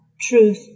truth